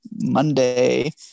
Monday